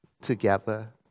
together